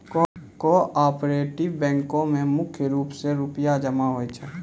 cooperative बैंको म मुख्य रूप से रूपया जमा होय छै